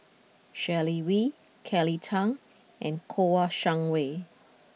Sharon Wee Kelly Tang and Kouo Shang Wei